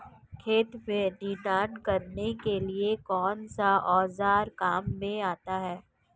खेत में निनाण करने के लिए कौनसा औज़ार काम में आता है?